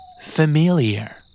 familiar